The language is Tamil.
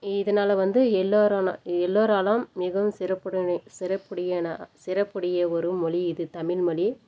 இதனால வந்து எல்லோரான எல்லோராலும் மிகவும் சிறப்புடனே சிறப்புடையனா சிறப்புடைய ஒரு மொழி இது தமிழ்மொழி